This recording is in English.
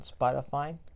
Spotify